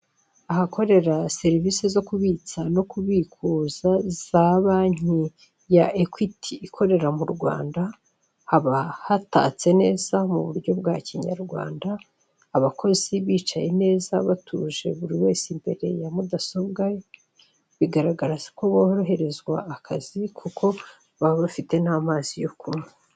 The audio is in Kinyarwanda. Ahakorera serivise zo kubitsa no kubikuza za banki ya ekwiti ikorera mu rwanda haba hatatse neza mu buryo bwa kinyarwanda, abakozi bicaye neza batuje imbere ya mudasobwa bigaragar ko boroherezwa akazi kuko bababafite n'amazi yo kunywa.